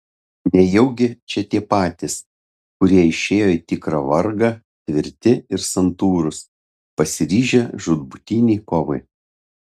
nejaugi čia tie patys kurie išėjo į tikrą vargą tvirti ir santūrūs pasiryžę žūtbūtinei kovai